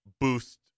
boost